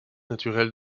naturel